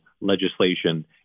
legislation